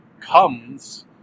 comes